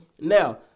now